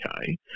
okay